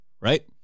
right